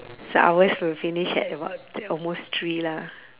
so ours will finish at about almost three lah